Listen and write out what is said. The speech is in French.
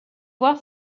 voir